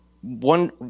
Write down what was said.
one